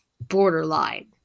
Borderline